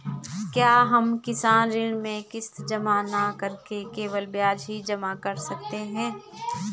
क्या हम किसान ऋण में किश्त जमा न करके केवल ब्याज ही जमा कर सकते हैं?